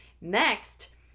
next